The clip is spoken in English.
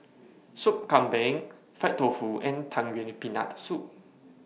Sup Kambing Fried Tofu and Tang Yuen with Peanut Soup